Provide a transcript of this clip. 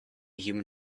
human